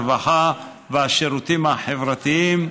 הרווחה והשירותים והחברתיים,